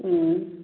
ꯎꯝ